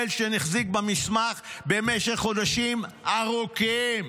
פלדשטיין החזיק במסמך במשך חודשים ארוכים.